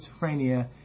schizophrenia